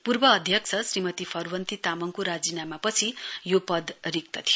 पूर्व अध्यक्ष श्रीमती फरवन्ती तामङको राजिनामापछि यो पद रिक्त थियो